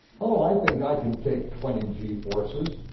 oh, i think i can take twenty g forces.